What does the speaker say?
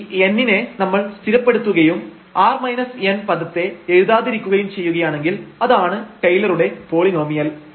ഈ n നെ നമ്മൾ സ്ഥിരപ്പെടുത്തുകയും r n പദത്തെ എഴുതാതിരിക്കുകയും ചെയ്യുകയാണെങ്കിൽ അതാണ് ടൈലറുടെ പോളിനോമിയൽ